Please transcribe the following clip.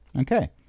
Okay